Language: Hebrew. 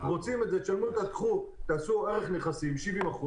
רוצים את זה תעשו ערך נכסים 70%,